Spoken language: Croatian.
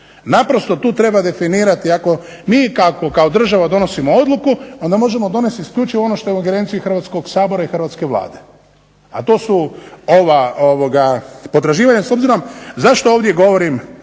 Naprosto tu treba definirati, ako mi kao država donosimo odluku onda možemo donijeti isključivo ono što je u ingerenciji hrvatskog Sabora i hrvatske Vlade. A to su potraživanja s obzirom zašto ovdje govorim